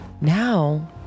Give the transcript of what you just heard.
Now